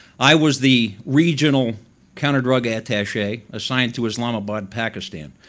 i was the original counter drug attache assigned to islamabad pakistan.